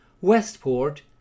Westport